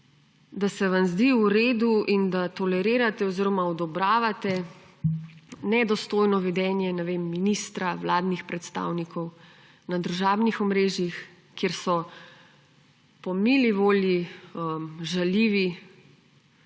da se vam zdi v redu in da tolerirate oziroma odobravate nedostojno vedenje ministra, vladnih predstavnikov na družabnih omrežjih, kjer so po mili volji žaljivi